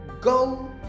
go